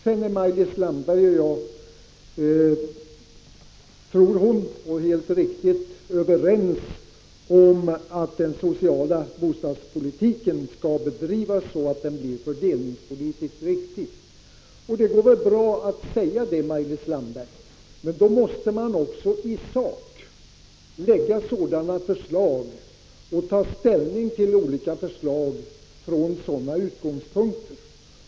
Sedan är Maj-Lis Landberg och jag — tror hon, helt riktigt — överens om att den sociala bostadspolitiken skall bedrivas så att den blir fördelningspolitiskt riktig. Det går väl bra att säga det, Maj-Lis Landberg. Men då måste man också i sak lägga fram sådana förslag — och ta ställning till olika förslag från dessa utgångspunkter.